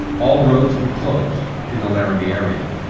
all roads were closed in the laramie area.